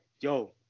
yo